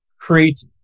create